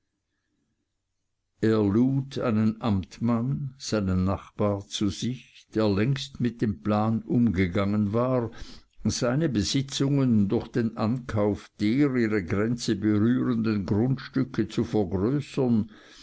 amtmann seinen nachbar zu sich der längst mit dem plan umgegangen war seine besitzungen durch den ankauf der ihre grenze berührenden grundstücke zu vergrößern